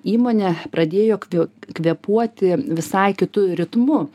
įmonė pradėjo kvė kvėpuoti visai kitu ritmu